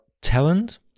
talent